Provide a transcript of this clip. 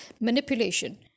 Manipulation